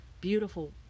beautiful